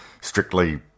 strictly